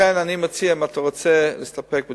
לכן, אם אתה רוצה, אני מציע להסתפק בתשובה,